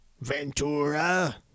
Ventura